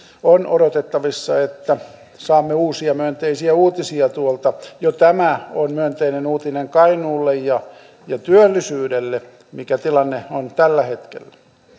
on odotettavissa että saamme uusia myönteisiä uutisia tuolta jo tämä on myönteinen uutinen kainuulle ja työllisyydelle mikä tilanne on tällä hetkellä